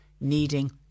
needing